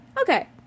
Okay